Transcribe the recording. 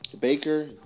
Baker